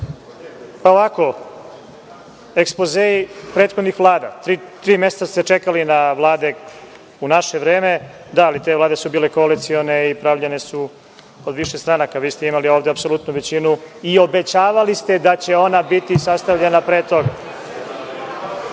E ovako, ekspozei prethodnih vlada. Tri meseca se čekalo na vlade u naše vreme, ali te vlade su bile koalicione i pravljene su od više stranaka. Vi ste imali ovde apsolutnu većinu i obećavali ste da će ona biti sastavljena pre toga.